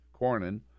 Cornyn